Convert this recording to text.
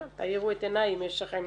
האירו את עיניי אם יש לכם